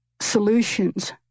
solutions